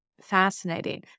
Fascinating